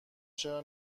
چرا